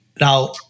Now